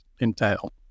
entail